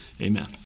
Amen